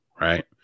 right